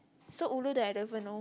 so ulu that I don't even know